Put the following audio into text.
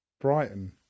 Brighton